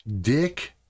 Dick